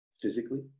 physically